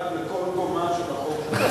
אחד לכל קומה של החוק שלך.